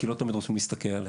כי לא תמיד רוצים להסתכל עליה.